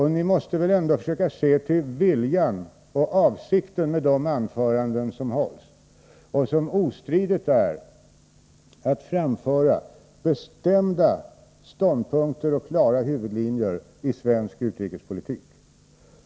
Man måste ändå försöka se till viljan och avsikten med de anföranden som hålls. De går ut på att framföra ståndpunkter och redovisa huvudlinjer i svensk utrikespolitik.